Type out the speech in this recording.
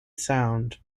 sound